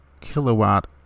kilowatt